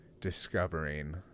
discovering